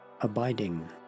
abiding